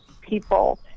people